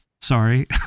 Sorry